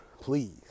please